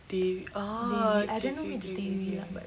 T_V orh ookay ookay ookay ookay ookay